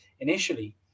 initially